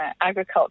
agriculture